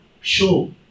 show